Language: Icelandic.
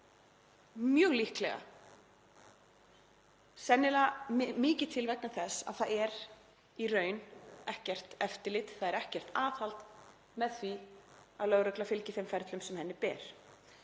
mjög líklega, sennilega mikið til, vegna þess að það er í raun ekkert eftirlit, ekkert aðhald með því að lögregla fylgi þeim ferlum sem henni ber.